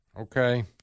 Okay